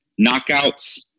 knockouts